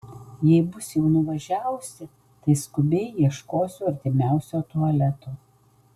jei bus jau nuvažiavusi tai skubiai ieškosiu artimiausio tualeto